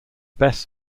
best